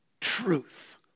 Truth